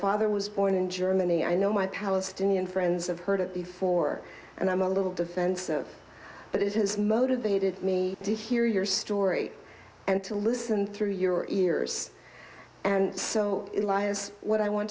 father was born in germany i know my palestinian friends have heard it before and i'm a little defensive but it has motivated me to hear your story and to listen through your ears and so what i want